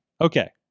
Okay